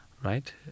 Right